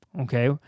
okay